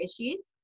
issues